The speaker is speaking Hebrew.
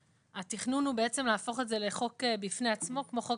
התכנון הוא להפוך את זה לחוק בפני עצמו כמו חוק